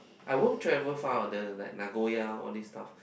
I will travel far the like Nagoya all these stuff